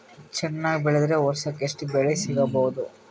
ಚೆನ್ನಾಗಿ ಬೆಳೆದ್ರೆ ವರ್ಷಕ ಎಷ್ಟು ಬೆಳೆ ಸಿಗಬಹುದು?